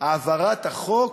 "העברת החוק